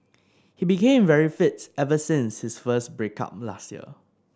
he became very fit ever since his first break up last year